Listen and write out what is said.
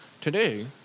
today